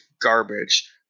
garbage